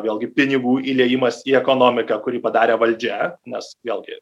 vėlgi pinigų įliejimas į ekonomiką kurį padarė valdžia nes vėlgi